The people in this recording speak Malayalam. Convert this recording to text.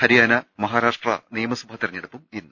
ഹരിയാന മഹാ രാഷ്ട്ര നിയമസഭാ തിരഞ്ഞെടുപ്പും ഇന്ന്